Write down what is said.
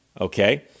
Okay